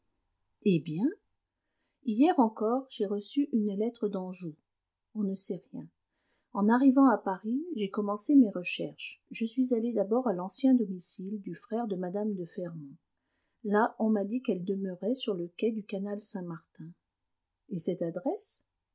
eh bien hier encore j'ai reçu une lettre d'anjou on ne sait rien en arrivant à paris j'ai commencé mes recherches je suis allé d'abord à l'ancien domicile du frère de mme de fermont là on m'a dit qu'elle demeurait sur le quai du canal saint-martin et cette adresse